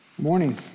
Morning